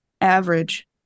average